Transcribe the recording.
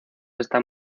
está